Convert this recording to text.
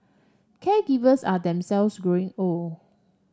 caregivers are themselves growing old